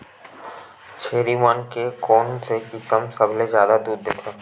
छेरी मन के कोन से किसम सबले जादा दूध देथे?